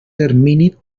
termini